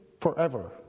forever